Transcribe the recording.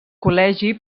col·legi